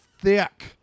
thick